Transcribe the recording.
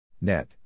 Net